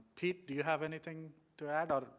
pete, do you have anything to add? ah but